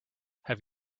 have